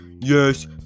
yes